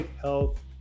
health